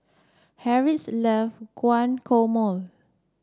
Harriet's love Guacamole